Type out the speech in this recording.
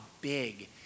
big